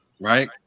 right